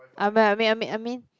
I mean I mean I mean I mean